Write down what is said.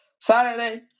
Saturday